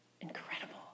incredible